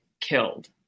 killed